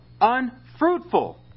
Unfruitful